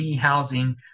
housing